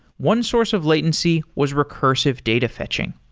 one source of latency was recursive data fetching.